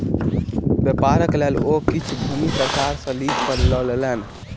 व्यापारक लेल ओ किछ भूमि सरकार सॅ लीज पर लय लेलैन